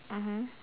mmhmm